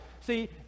See